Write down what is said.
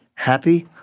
happy,